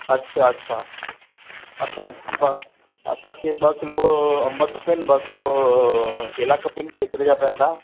अछा अछा अछा ॿ असांखे ॿ किलो अं खपनि ॿ किलो केला खपनि केतिरे जा पवंदा